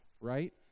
right